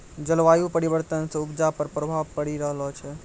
जलवायु परिवर्तन से उपजा पर प्रभाव पड़ी रहलो छै